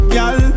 Girl